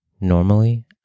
Normally